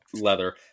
Leather